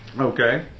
Okay